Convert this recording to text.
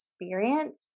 experience